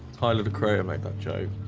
i love the creo make that joke